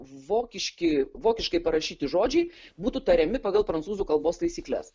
vokiški vokiškai parašyti žodžiai būtų tariami pagal prancūzų kalbos taisykles